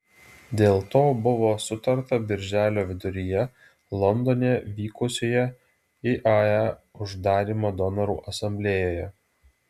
dėl to buvo sutarta birželio viduryje londone vykusioje iae uždarymo donorų asamblėjoje